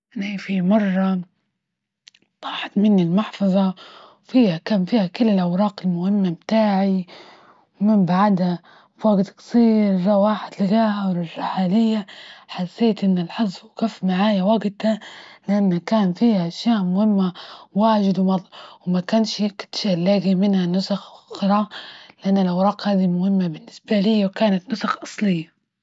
إني فيه مرة طاحت مني المحفظة وفيها كان فيها كل الأوراق المهمة بتاعي، ومن بعدها فوجت قصير مرة واحد رجعها ليا، حسيت إن الحظ وقف معايا وقتها لإن كان فيها أشياء مهمة واجد ومكنش لاجي منها نسخ أخري، لإن الأوراق هادي مهمة بالنسبة ليا وكانت نسخ أصلية.